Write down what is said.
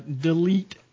delete